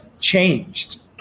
changed